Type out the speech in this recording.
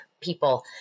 people